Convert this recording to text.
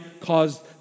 caused